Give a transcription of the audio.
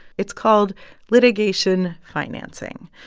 it's called litigation financing,